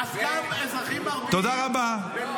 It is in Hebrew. תודה רבה.